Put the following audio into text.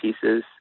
pieces